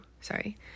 sorry